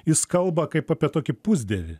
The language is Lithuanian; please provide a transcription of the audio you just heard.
jis kalba kaip apie tokį pusdievį